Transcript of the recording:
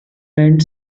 lined